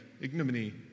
ignominy